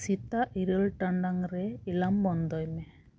ᱥᱮᱛᱟᱜ ᱤᱨᱟᱹᱞ ᱴᱟᱲᱟᱝ ᱨᱮ ᱮᱞᱟᱨᱢ ᱵᱚᱱᱫᱚᱭ ᱢᱮ